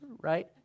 right